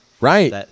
Right